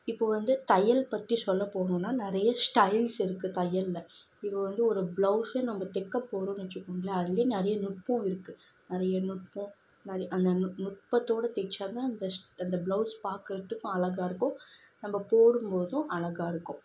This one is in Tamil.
இப்போ வந்து தையல் பற்றி சொல்லப்போகணும்ன்னா நிறைய ஸ்டைல்ஸ் இருக்குது தையலில் இது வந்து ஒரு ப்ளவுஸ் நம்ம தைக்கப்போகிறோம் வச்சுக்குங்களா அதில் நிறைய நுட்பம் இருக்குது நிறைய நுட்பம் அந்த அந்த நுட்பத்தோடு தச்சால்தான் அந்த அந்த ப்ளவுஸ் பர் பார்க்குறதுக்கும் அழகாருக்கும் நம்ம போடும்போதும் அழகாயிருக்கும்